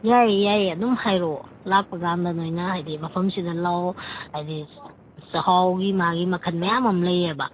ꯌꯥꯏꯌꯦ ꯌꯥꯏꯌꯦ ꯑꯗꯨꯝ ꯍꯥꯏꯔꯛꯑꯣ ꯂꯥꯛꯄꯀꯥꯟꯗ ꯅꯣꯏꯅ ꯍꯥꯏꯗꯤ ꯃꯐꯝꯁꯤꯗ ꯂꯥꯛꯑꯣ ꯍꯥꯏꯗꯤ ꯆꯥꯛꯍꯥꯎꯒꯤ ꯃꯥꯒꯤ ꯃꯈꯟ ꯃꯌꯥꯝ ꯑꯃ ꯂꯩꯌꯦꯕ